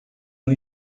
uma